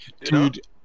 dude